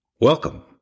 Welcome